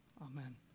Amen